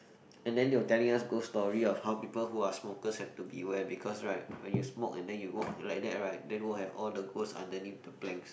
and then they'll telling us ghost stories of how people who are smokers have to beware because right when you smoke and then you walk like that right then will have all the ghosts underneath the planks